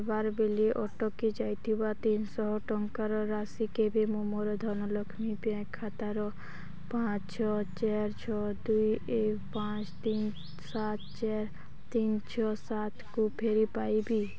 କାରବାର ବେଳେ ଅଟକି ଯାଇଥିବା ତିନିଶହ ଟଙ୍କାର ରାଶି କେବେ ମୁଁ ମୋର ଧନଲକ୍ଷ୍ମୀ ବ୍ୟାଙ୍କ୍ ଖାତାର ପାଞ୍ଚ ଛଅ ଚାରି ଛଅ ଦୁଇ ଏକ ପାଞ୍ଚ ତିନି ସାତ ଚାରି ତିନି ଛଅ ସାତକୁ ଫେରି ପାଇବି